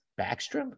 Backstrom